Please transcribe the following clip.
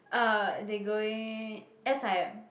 uh they going S_I_M